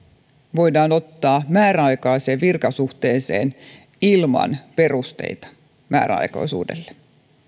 voidaan ottaa määräaikaiseen virkasuhteeseen ilman perusteita määräaikaisuudelle